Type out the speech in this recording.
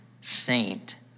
Saint